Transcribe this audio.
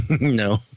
No